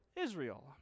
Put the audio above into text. Israel